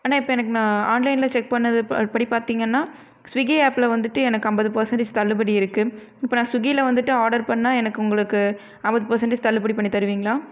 அண்ணா இப்போ எனக்கு நான் ஆன்லைன்ல செக் பண்ணது படி பார்த்தீங்கன்னா ஸ்விகி ஆப்ல வந்துட்டு எனக்கு ஐம்பது பர்ஸண்டேஜ் தள்ளுபடி இருக்குது இப்போ நான் ஸ்விகியில வந்துட்டு ஆடர் பண்ணால் எனக்கு உங்களுக்கு ஐம்பது பர்ஸண்டேஜ் தள்ளுபடி பண்ணி தருவீங்களா